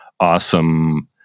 awesome